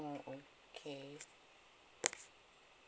uh okay